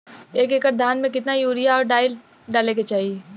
एक एकड़ धान में कितना यूरिया और डाई डाले के चाही?